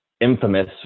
infamous